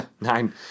nine